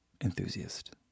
enthusiast